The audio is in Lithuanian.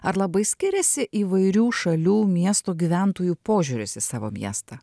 ar labai skiriasi įvairių šalių miesto gyventojų požiūris į savo miestą